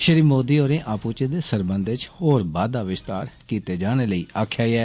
श्री मोदी होरें आपूचें दे सरबंधें च होर बाद्दा विस्तार कीते जाने लेई आक्खेआ ऐ